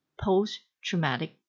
post-traumatic